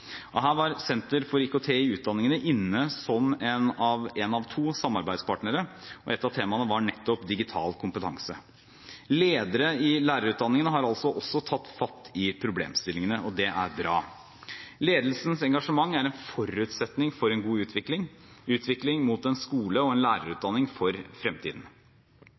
Her var Senter for IKT i utdanningen inne som én av to samarbeidspartnere. Et av temaene var nettopp digital kompetanse. Ledere i lærerutdanningene har altså også tatt fatt i problemstillingene, og det er bra. Ledelsens engasjement er en forutsetning for en god utvikling: utvikling mot en skole og en lærerutdanning for fremtiden.